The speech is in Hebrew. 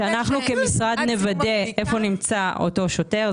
אנחנו נוודא איפה נמצא אותו שוטר.